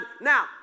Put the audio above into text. now